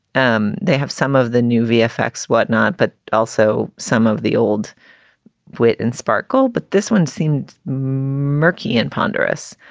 um they have some of the new vfx whatnot, but also some of the old wit and sparkle. but this one seemed murky and ponderous.